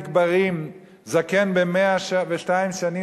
נקברים זקן בן 102 שנים,